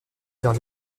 dans